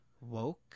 woke